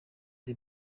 the